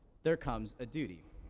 there comes a duty.